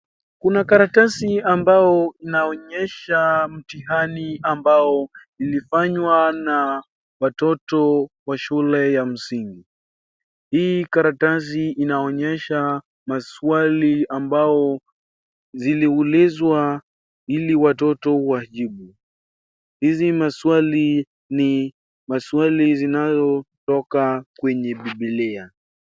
Kuna karatasi ambao inaonyesha mtihani ambao imefanywa na mtu wa shule ya msingi. Hii karatasi inaonyesha maswali yaliyoulizwa ili watoto wajibu .Hizi maswali ni maswali zinazotoka kwenye bibilia.